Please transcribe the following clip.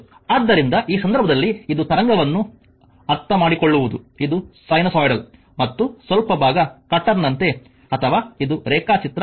ಆದ್ದರಿಂದ ಈ ಸಂದರ್ಭದಲ್ಲಿ ಇದು ತರಂಗವನ್ನು ಅರ್ಥಮಾಡಿಕೊಳ್ಳುವುದು ಇದು ಸೈನುಸೊಯಿಡಲ್ ಮತ್ತು ಸ್ವಲ್ಪ ಭಾಗ ಕಟರ್ನಂತೆ ಅಥವಾ ಇದು ರೇಖಾಚಿತ್ರ 1